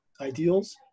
ideals